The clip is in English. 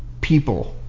people